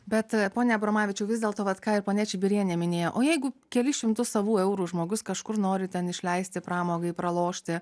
bet pone abromavičiau vis dėlto vat ką ir ponia čibirienė minėjo o jeigu kelis šimtus savų eurų žmogus kažkur nori ten išleisti pramogai pralošti